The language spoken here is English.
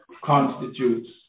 constitutes